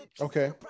okay